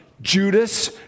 Judas